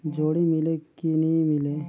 जोणी मीले कि नी मिले?